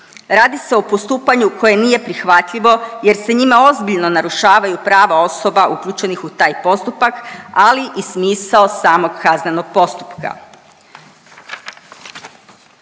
Radi se o postupanju koje nije prihvatljivo jer se njime ozbiljno narušavaju prava osoba uključenih u taj postupak, ali i smisao samog kaznenog postupka.